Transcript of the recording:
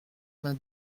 vingt